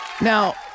Now